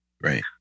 Right